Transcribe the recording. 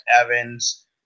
Evans